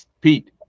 Pete